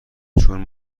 چون